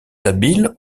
habile